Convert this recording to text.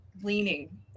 leaning